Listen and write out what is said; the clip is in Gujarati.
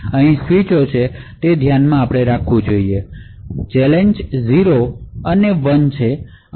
અહીં ત્રણ સ્વીચ છે તે ધ્યાનમાં રાખીને ચેલેંજ 0 0 અને 1 છે